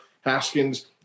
Haskins